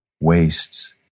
wastes